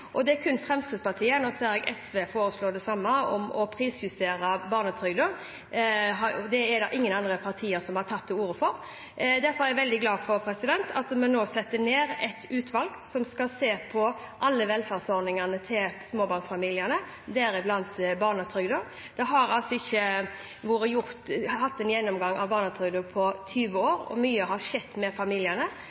og det er kun Fremskrittspartiet som foreslår – nå ser jeg at SV foreslår det samme – å prisjustere barnetrygda. Det er det ingen andre partier som har tatt til orde for. Derfor er jeg veldig glad for at vi nå setter ned et utvalg som skal se på alle velferdsordningene til småbarnsfamiliene, deriblant barnetrygda. Det har ikke vært en gjennomgang av barnetrygda på 20 år, og mye har skjedd med familiene